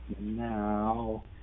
now